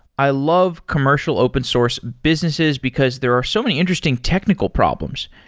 i love commercial open source businesses because there are so many interesting technical problems.